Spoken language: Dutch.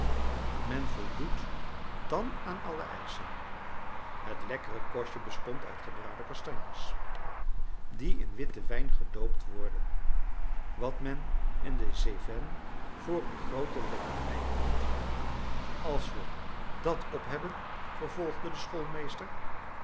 men voldoet dan aan alle eischen het lekkere kostje bestond uit gebraden kastanjes die in witten wijn gedoopt worden wat men in de cevennes voor een groote lekkernij houdt als we dat op hebben vervolgde de